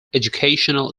educational